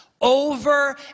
over